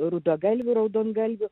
rudagalvių raudongalvių